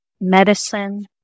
medicine